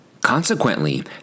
Consequently